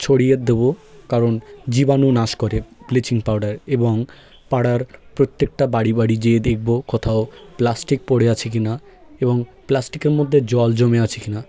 ছড়িয়ে দেবো কারণ জীবাণু নাশ করে ব্লিচিং পাউডার এবং পাড়ার প্রত্যেকটা বাড়ি বাড়ি যেয়ে দেখবো কোথাও প্লাস্টিক পড়ে আছে কি না এবং প্লাস্টিকের মধ্যে জল জমে আছে কি না